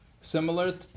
similar